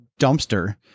dumpster